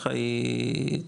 ככה היא קובעת.